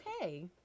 Okay